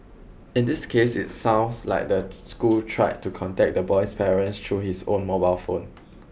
in this case it sounds like the school tried to contact the boy's parents through his own mobile phone